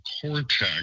cortex